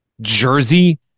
jersey